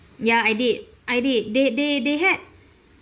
ya I did I did they they they had